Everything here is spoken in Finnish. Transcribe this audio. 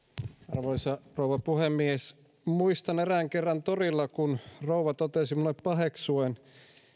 arvoisa rouva puhemies muistan erään kerran torilla kun rouva totesi minulle paheksuen